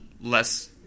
less